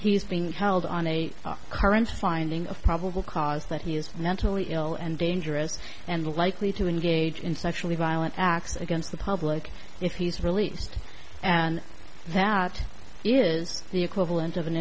he's being held on a current finding of probable cause that he is mentally ill and dangerous and likely to engage in sexually violent acts against the public if he's released and that is the equivalent of an